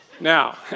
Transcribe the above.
Now